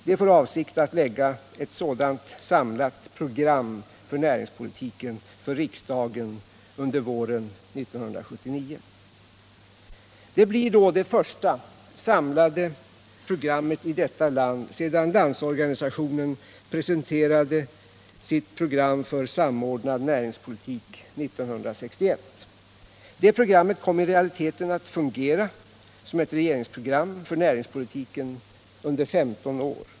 Det är vår avsikt att under våren 1979 för riksdagen framlägga förslag till ett sådant samlat program för näringspolitiken. Det blir då det första samlade programmet i detta land sedan Landsorganisationen år 1961 presenterade sitt program för en samordnad näringspolitik. Det programmet kom i realiteten att fungera som ett regeringsprogram för näringspolitiken under 15 år.